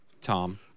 Tom